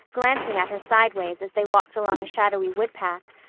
glancing at her sideways as they walked along a shadowy woodpath,